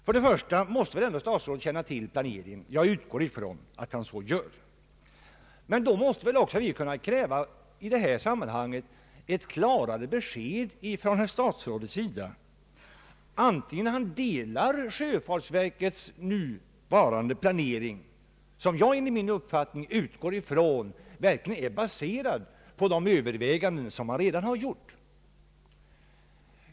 Jag utgår ifrån att statsrådet känner till planeringen, och då måste väl vi kunna kräva ett klarare besked från statsrådets sida huruvida han är införstådd med sjöfartsverkets nuvarande planering, som jag förutsätter är baserad på överväganden som man tidigare gjort.